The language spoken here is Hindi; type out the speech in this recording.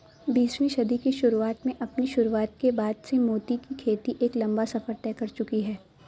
बीसवीं सदी की शुरुआत में अपनी शुरुआत के बाद से मोती की खेती एक लंबा सफर तय कर चुकी है